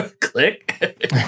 click